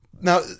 Now